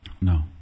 No